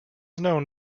known